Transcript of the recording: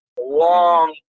long